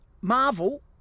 Marvel